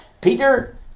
Peter